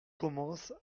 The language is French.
commence